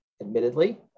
admittedly